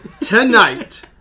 Tonight